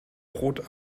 rot